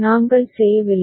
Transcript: நாங்கள் செய்யவில்லை